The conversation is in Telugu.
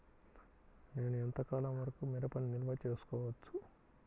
నేను ఎంత కాలం వరకు మిరపను నిల్వ చేసుకోవచ్చు?